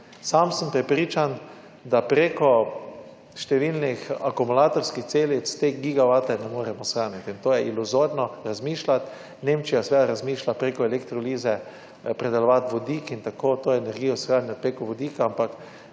Sam sem prepričan, da preko številnih akumulatorskih celic te gigavate ne moremo shraniti in to je iluzorno razmišljati. Nemčija seveda razmišlja preko elektrolize predelovati vodik in tako to energijo shraniti preko vodika, ampak